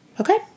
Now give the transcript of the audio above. Okay